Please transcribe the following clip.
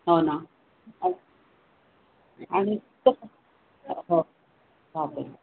हो ना आणि आणि कसं हो